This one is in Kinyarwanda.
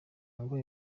ngo